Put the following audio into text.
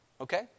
Okay